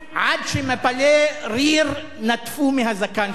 עד שמפלי ריר נטפו מהזקן שלו.